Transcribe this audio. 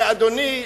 ואדוני,